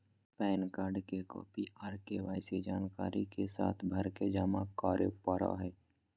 pan card के copy आर KYC जानकारी के साथ भरके जमा करो परय हय